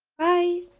bye!